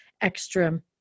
extra